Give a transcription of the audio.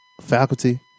faculty